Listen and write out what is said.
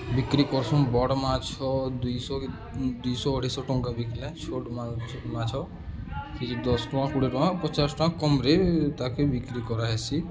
ବିକ୍ରି କର୍ସୁ ବଡ଼୍ ମାଛ ଦୁଇଶ କି ଦୁଇଶହ ଅଢ଼େଇଶ ଟଙ୍କା ବିକ୍ଲେ ଛୋଟ୍ ମାଛ କିଛି ଦଶ୍ ଟଙ୍କା କୁଡ଼େ ଟଙ୍କା ପଚାଶ୍ ଟଙ୍କା କମ୍ରେ ତାକେ ବିକ୍ରି କରାହେସି